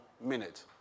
minute